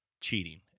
cheating